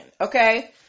okay